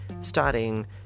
starting